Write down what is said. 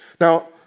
Now